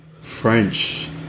French